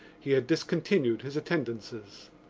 he had discontinued his attendances.